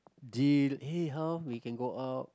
eh how we can go out